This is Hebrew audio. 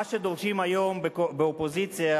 מה שדורשים היום באופוזיציה,